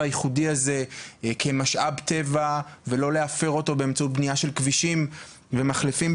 הייחודי הזה כמשאב טבע ולא להפר אותו באמצעות בנייה של כבישים ומחלפים.